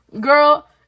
girl